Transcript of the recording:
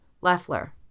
Leffler